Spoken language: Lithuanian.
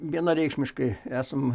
vienareikšmiškai esam